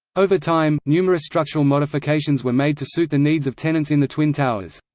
over time, numerous structural modifications were made to suit the needs of tenants in the twin towers.